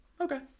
okay